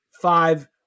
five